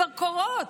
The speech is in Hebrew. כבר קורות.